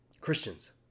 Christians